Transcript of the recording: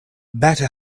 better